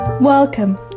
Welcome